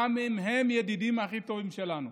גם אם הם ידידים הכי טובים שלנו.